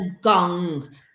gong